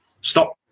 Stop